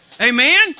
Amen